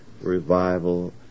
revival